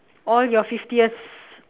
all your fiftieth's